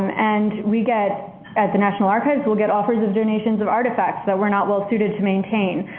and we get at the national archives we'll get offers of donations of artifacts that we are not well suited to maintain.